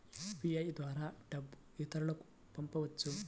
UPI ద్వారా డబ్బు ఇతరులకు పంపవచ్చ?